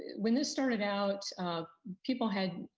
when this started out, people had,